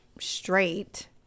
straight